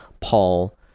Paul